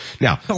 Now